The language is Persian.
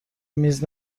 میز